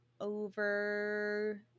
over